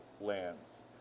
lands